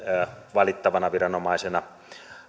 valittavana viranomaisena